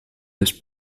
ist